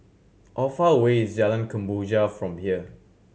how far away is Jalan Kemboja from here